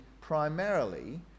primarily